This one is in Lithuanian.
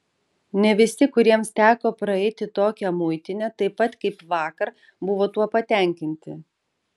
ne visi kuriems teko praeiti tokią muitinę taip pat kaip vakar buvo tuo patenkinti